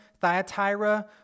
Thyatira